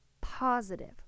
positive